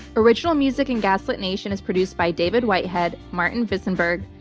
original music in gaslit nation is produced by david whitehead, martin visenberg,